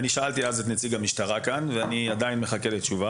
אני שאלתי את נציג המשטרה ואני עדיין מחכה לתשובה,